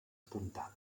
apuntada